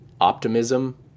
optimism